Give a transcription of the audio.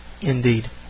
indeed